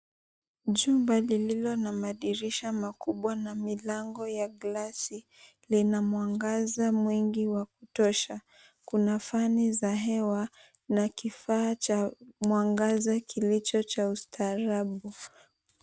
Jumba lililo na madirisha makubwa na milango ya glasi, lina mwangaza mwingi wa kutosha. Kuna fani za hewa na kifaa cha mwangaza kilicho cha ustaarabu.